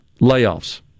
Layoffs